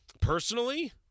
Personally